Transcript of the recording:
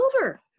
over